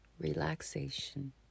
relaxation